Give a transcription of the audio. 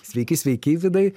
sveiki sveiki vidai